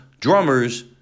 drummers